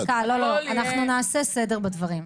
דקה, לא, לא, אנחנו נעשה סדר בדברים.